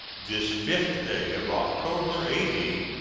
this fifth day of october, a d.